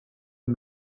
und